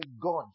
God